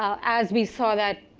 ah as we saw that,